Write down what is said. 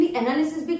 analysis